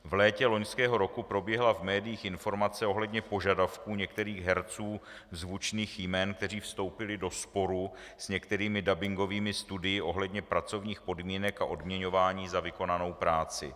V létě loňského roku proběhla v médiích informace ohledně požadavku některých herců zvučných jmen, kteří vstoupili do sporu s některými dabingovými studii ohledně pracovních podmínek a odměňování za vykonanou práci.